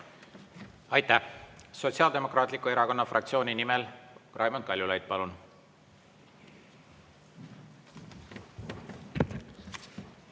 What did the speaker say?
Aitäh! Sotsiaaldemokraatliku Erakonna fraktsiooni nimel Raimond Kaljulaid, palun!